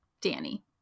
Danny